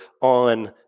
on